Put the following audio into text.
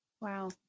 Wow